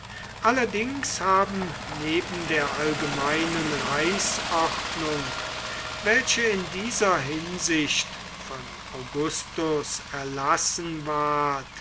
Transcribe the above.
allerdings haben neben der allgemeinen reichsordnung welche in dieser hinsicht von augustus erlassen ward